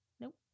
Nope